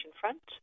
Front